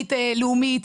תוכנית לאומית,